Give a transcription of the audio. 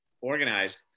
organized